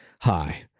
hi